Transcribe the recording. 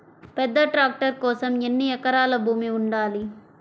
పెద్ద ట్రాక్టర్ కోసం ఎన్ని ఎకరాల భూమి ఉండాలి?